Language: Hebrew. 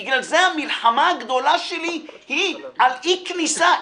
בגלל זה המלחמה הגדולה שלי היא על אי כניסה.